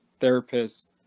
therapists